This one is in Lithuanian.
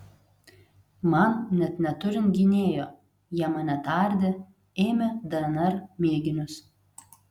man net neturint gynėjo jie mane tardė ėmė dnr mėginius